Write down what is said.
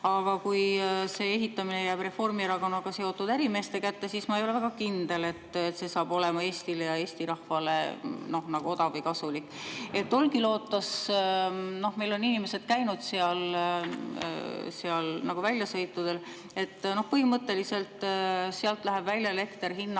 Aga kui see ehitamine jääb Reformierakonnaga seotud ärimeeste kätte, siis ma ei ole väga kindel, et see saab olema Eestile ja Eesti rahvale odav või kasulik. Olkiluotos – meil on inimesed käinud seal väljasõitudel – põhimõtteliselt läheb elekter välja